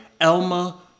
Elma